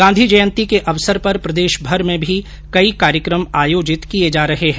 गांधी जयंती के अवसर पर प्रदेशभर में भी कई कार्यक्रम आयोजित किये जा रहे है